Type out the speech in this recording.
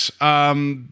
yes